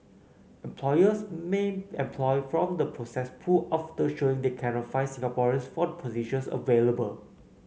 employers may employ from the processed pool after showing they cannot find Singaporeans for the positions available